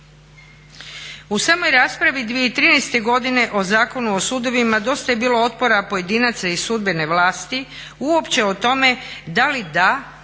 U samoj raspravi 2013. godine o Zakonu o sudovima dosta je bilo otpora pojedinaca iz sudbene vlasti uopće o tome da li da